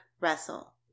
Russell